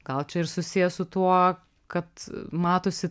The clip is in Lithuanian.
gal čia ir susiję su tuo kad matosi